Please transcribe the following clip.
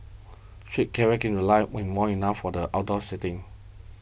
street carry came to life when warm enough for the outdoor seating